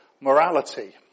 morality